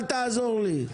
אל תעזור לי.